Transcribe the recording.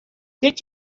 did